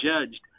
judged